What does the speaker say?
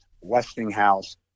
Westinghouse